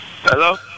Hello